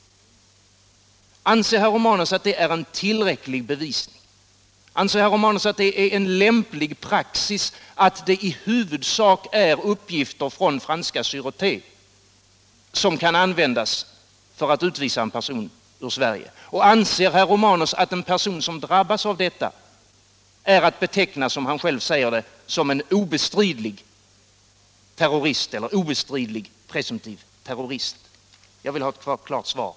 Anser herr Romanus att det är en tillräcklig bevisning? Anser herr Romanus att det är en lämplig praxis att det i huvudsak är uppgifter från franska Säreté som kan användas för att utvisa en person ur Sverige? Och anser herr Romanus att en person som drabbas av detta är att beteckna, som herr Romanus själv säger, såsom en obestridlig presumtiv terrorist? Jag vill ha ett klart svar på detta.